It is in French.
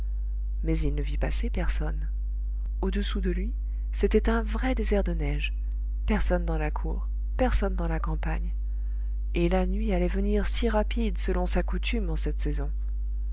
mais il ne vit passer personne au-dessous de lui c'était un vrai désert de neige personne dans la cour personne dans la campagne et la nuit allait venir si rapide selon sa coutume en cette saison